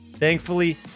Thankfully